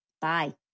Bye